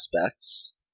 aspects